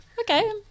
Okay